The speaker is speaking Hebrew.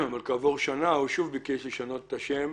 כעבור שנה הוא שוב ביקש לשנות את השם,